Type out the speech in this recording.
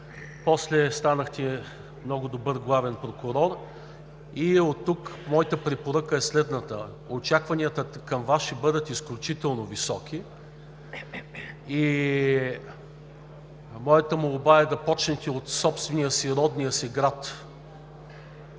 после станахте много добър главен прокурор. Оттук моята препоръка е следната: очакванията към Вас ще бъдат изключително високи и моята молба е да започнете проверките от родния си град